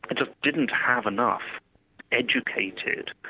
ah just didn't have enough educated,